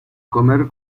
comer